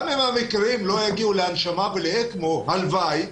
גם אם המקרים לא יגיעו להנשמה ולאקמו, הלוואי,